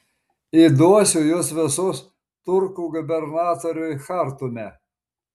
įduosiu jus visus turkų gubernatoriui chartume